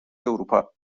اروپا